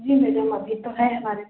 जी madam अभी तो है हमारे पास